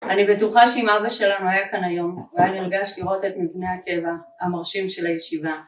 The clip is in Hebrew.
אני בטוחה שאם אבא שלנו היה כאן היום, הוא היה נרגש לראות את מבנה הטבע, המרשים של הישיבה